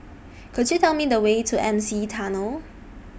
Could YOU Tell Me The Way to M C E Tunnel